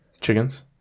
Chickens